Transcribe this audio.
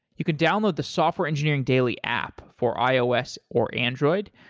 you can download the software engineering daily app for ios or android.